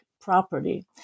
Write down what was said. property